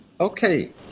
Okay